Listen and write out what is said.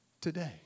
Today